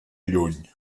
lluny